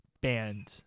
band